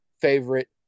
favorite